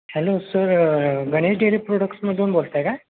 hello sir Ganesh dairy प्रोडक्टसमधून बोलत आहे का